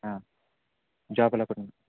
हां जॉबला कुठून